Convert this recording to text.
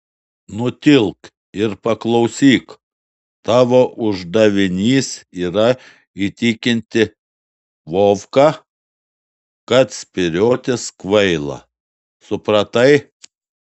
nutilk ir paklausyk tavo uždavinys yra įtikinti vovką kad spyriotis kvaila supratai